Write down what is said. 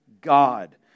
God